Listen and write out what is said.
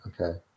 Okay